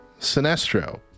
Sinestro